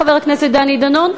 חבר הכנסת דני דנון,